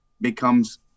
becomes